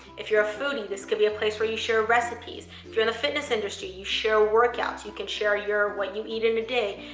if you're a foodie, this could be a place where you share recipes. if you're in the fitness industry, you share workouts. you can share what you eat in a day.